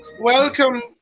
Welcome